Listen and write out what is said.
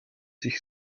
sich